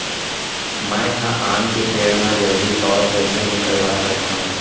मैं ह आम के पेड़ मा जलदी बौर कइसे निकलवा सकथो?